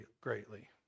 greatly